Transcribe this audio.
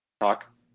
talk